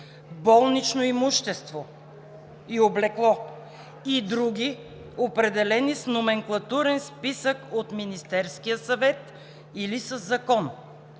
болнично имущество и облекло и други, определени с номенклатурен списък от Министерския съвет или със закон,